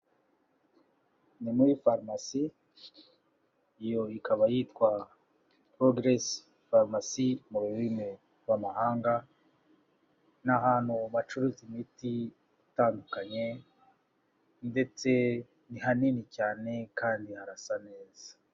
Ni muri farumasi, iyo ikaba yitwa Progres Pharmacy mu rurimi rw'amahanga, ni ahantu bacuruza imiti itandukanye, ndetse ni hanini cyane kandi harasa neza.